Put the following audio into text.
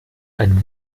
ein